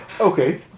Okay